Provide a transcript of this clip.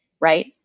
right